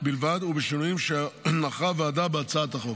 בלבד ובשינויים שערכה הוועדה בהצעת החוק: